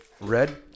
Red